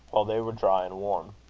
while they were dry and warm.